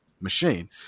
machine